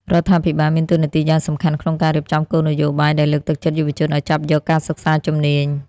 រដ្ឋាភិបាលមានតួនាទីយ៉ាងសំខាន់ក្នុងការរៀបចំគោលនយោបាយដែលលើកទឹកចិត្តយុវជនឱ្យចាប់យកការសិក្សាជំនាញ។